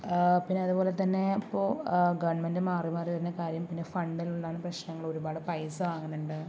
പിന്നെ അതുപോലെ തന്നെ ഇപ്പോൾ ഗവൺമെൻറ് മാറി മാറിവരുന്ന കാര്യം പിന്നെ ഫണ്ടിൽ നിന്നുള്ള പ്രശ്നങ്ങളെ ഒരുപാട് പൈസ വാങ്ങുന്നുണ്ട്